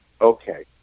okay